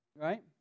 right